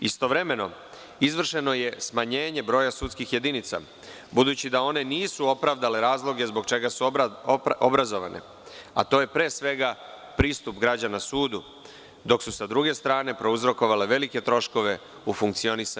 Istovremeno, izvršeno je smanjenje broja sudskih jedinica, budući da one nisu opravdale razloge zbog čega su obrazovane, a to je, pre svega, pristup građana sudu, dok su sa druge strane prouzrokovale velike troškove u funkcionisanju osnovnih sudova.